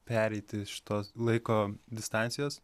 pereiti iš tos laiko distancijos